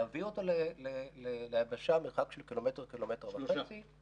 להביא אותו ליבשה מרחק של קילומטר או קילומטר וחצי -- שלושה.